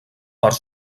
part